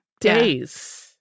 Days